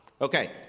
Okay